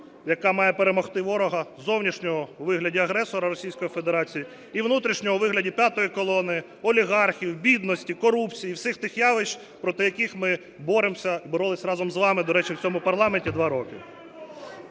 яка має перемогти ворога зовнішнього у вигляді агресора Російської Федерації і внутрішнього у вигляді п'ятої колони, олігархів, бідності, корупції – всіх тих явищ, проти яких ми боремося і боролися разом з вами, до речі, в цьому парламенті два роки.